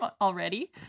already